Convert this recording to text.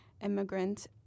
immigrant